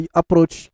approach